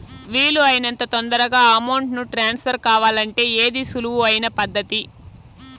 వీలు అయినంత తొందరగా అమౌంట్ ను ట్రాన్స్ఫర్ కావాలంటే ఏది సులువు అయిన పద్దతి